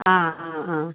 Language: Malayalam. ആ ആ ആ